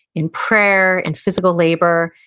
in prayer, in physical labor,